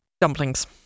Dumplings